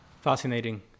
Fascinating